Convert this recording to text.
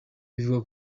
ivuga